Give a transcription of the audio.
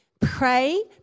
pray